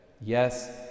Yes